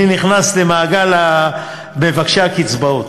אני נכנס למעגל מבקשי הקצבאות.